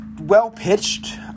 well-pitched